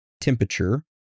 temperature